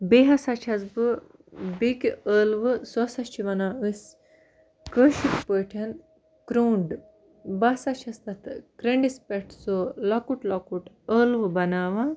بیٚیہِ ہَسا چھیٚس بہٕ بیٚکہِ ٲلوٕ سُہ ہَسا چھِ وَنان أسۍ کٲشِر پٲٹھۍ کرٛوٚنٛڈ بہٕ ہَسا چھیٚس تَتھ ٲں کرٛوٚنڈِس پٮ۪ٹھ سُہ لۄکُٹ لۄکُٹ ٲلوٕ بَناوان